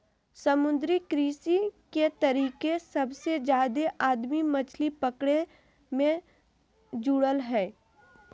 समुद्री कृषि के तरीके सबसे जादे आदमी मछली पकड़े मे जुड़ल हइ